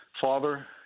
Father